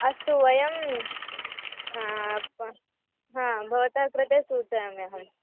अस्तु वयं प हा भवतां कृते सूचयामि अहम्